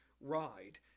Ride